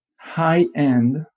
high-end